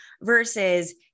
versus